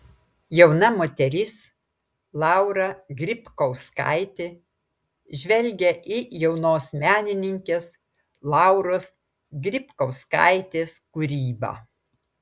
jauna moteris laura grybkauskaitė žvelgia į jaunos menininkės lauros grybkauskaitės kūrybą